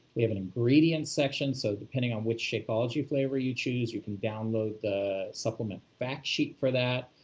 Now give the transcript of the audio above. we have an ingredients section, so depending on which shakeology flavor you choose, you can download the supplement facts sheet for that.